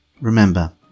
remember